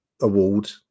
award